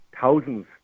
thousands